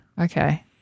Okay